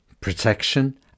protection